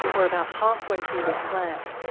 we're about halfway through this plan.